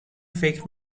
فکر